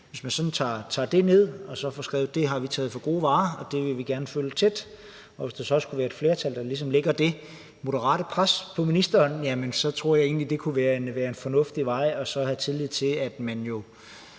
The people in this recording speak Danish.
hvis man tager det ned og så får skrevet ned, at vi har taget det for gode varer, og at vi gerne vil følge det tæt, og hvis der så også er et flertal, der ligesom lægger det moderate pres på ministeren, så tror jeg egentlig, det kunne være en fornuftig vej at gå, og så også have tillid til, at man jo